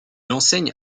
enseigne